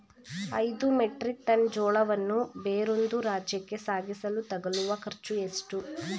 ಐದು metric ton ಜೋಳವನ್ನು ಬೇರೊಂದು ರಾಜ್ಯಕ್ಕೆ ಸಾಗಿಸಲು ತಗಲುವ ಖರ್ಚು ಎಷ್ಟು?